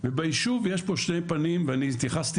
וביישוב יש פה שתי פנים ואני התייחסתי